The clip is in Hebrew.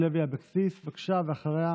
חברת הכנסת אורלי לוי אבקסיס, בבקשה, ואחריה,